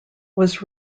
was